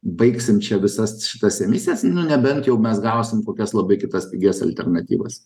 baigsim čia visas šitas emisijas nebent jau mes gausim kokias labai kitas pigias alternatyvas